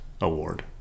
award